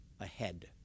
ahead